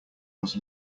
was